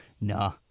Nah